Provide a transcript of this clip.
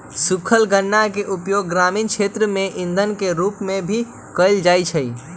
सूखल गन्ना के उपयोग ग्रामीण क्षेत्र में इंधन के रूप में भी कइल जाहई